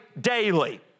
daily